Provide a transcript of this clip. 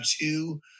two